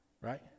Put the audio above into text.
Right